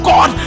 God